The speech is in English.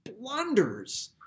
blunders